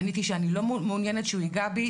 עניתי שאני לא מעוניינת שהוא יגע בי.